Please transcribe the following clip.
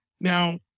Now